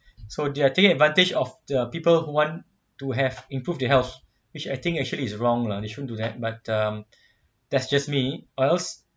so they are taking advantage of the people who want to have improved their health which I think actually is wrong lah they shouldn't do that but um that's just me or else